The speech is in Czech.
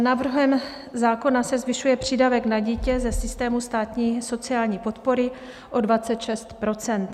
Návrhem zákona se zvyšuje přídavek na dítě ze systému státní sociální podpory o 26 %.